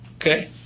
Okay